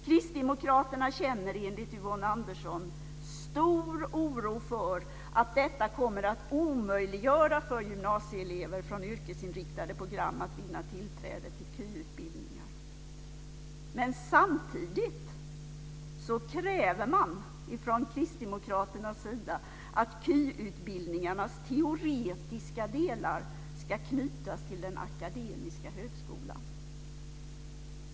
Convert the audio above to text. Kristdemokraterna känner enligt Yvonne Andersson stor oro för att detta kommer att omöjliggöra för gymnasieelever från yrkesinriktade program att vinna tillträde till kvalificerade yrkesutbildningar. Samtidigt kräver man från kristdemokraterna att de kvalificerade yrkesutbildningarnas teoretiska delar ska knytas till den akademiska högskolan.